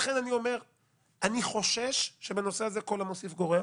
לכן אני חושש שכל המוסיף גורע.